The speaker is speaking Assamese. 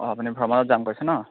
অঁ আপুনি ভ্ৰমণত যাম কৈছে ন